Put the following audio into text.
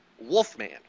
Wolfman